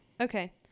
Okay